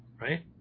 right